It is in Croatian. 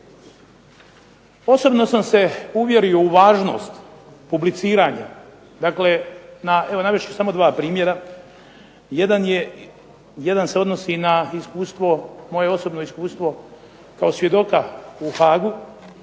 Osobito sam se uvjerio u važnost publiciranja. Dakle, navest ću samo dva primjera. Jedan se odnosi na moje osobno iskustvo kao svjedoka u Haagu,